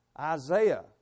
Isaiah